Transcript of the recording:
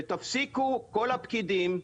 ותפסיקו כל הפקידים,